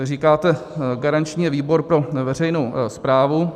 Říkáte, garanční je výbor pro veřejnou správu.